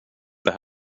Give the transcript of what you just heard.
det